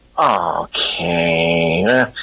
Okay